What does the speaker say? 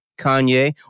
Kanye